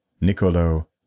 Niccolo